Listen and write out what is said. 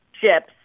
chips